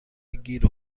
گیر